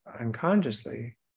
unconsciously